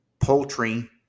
poultry